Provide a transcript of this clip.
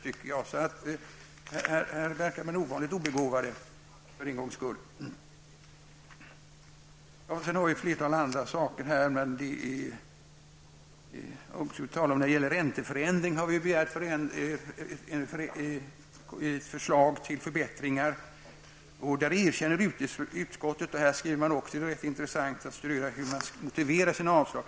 På den här punkten verkar man för en gång skull vara ovanligt obegåvad i utskottet. Fru talman! Vi har begärt förslag till förbättringar när det gäller ränteförändringar, vilket utskottet avstyrker. Det är rätt intressant att studera hur utskottet motiverar sina avslag.